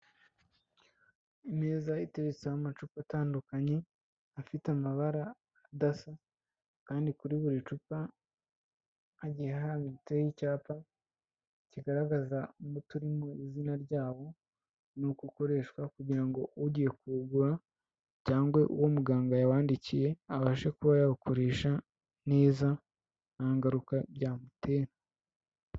Imeza iteretseho amacupa atandukanye, afite amabara adasa kandi kuri buri cupa, hagiye handitseho icyapa kigaragaza umuti urimo izina ryawo, ni uko ukoreshwa kugira ngo ugiye kuwugura cyangwa uwo muganga yadikiye, abashe kuba yawukoresha neza, nta ngaruka byamutera.